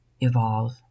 evolve